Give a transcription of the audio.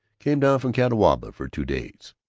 came down from catawba for two days.